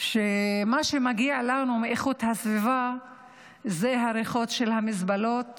שמה שמגיע לנו מאיכות הסביבה אלו הריחות של המזבלות